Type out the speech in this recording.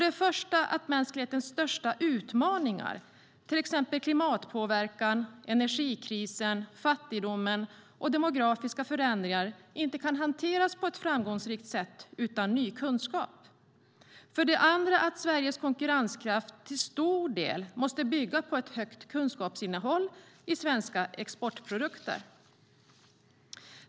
Den första var att mänsklighetens största utmaningar, till exempel klimatpåverkan, energikris, fattigdom och demografiska förändringar, inte kan hanteras på ett framgångsrikt sätt utan ny kunskap. Den andra var att Sveriges konkurrenskraft till stor del måste bygga på ett högt kunskapsinnehåll i svenska exportprodukter.